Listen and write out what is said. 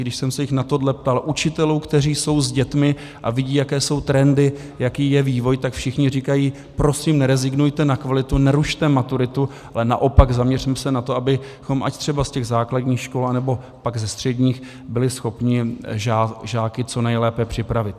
Když jsem se jich na tohle ptal, učitelů, kteří jsou s dětmi a vidí, jaké jsou trendy, jaký je vývoj, tak všichni říkají: prosím, nerezignujte na kvalitu, nerušte maturitu, ale naopak zaměřme se na to, abychom ať třeba z těch základních škol, anebo pak ze středních byli schopni žáky co nejlépe připravit.